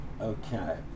Okay